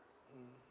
mm